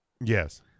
Yes